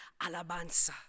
Alabanza